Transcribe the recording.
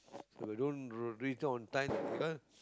so If i don't r~ reach there on time because